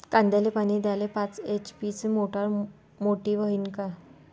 कांद्याले पानी द्याले पाच एच.पी ची मोटार मोटी व्हईन का?